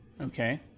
okay